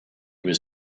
was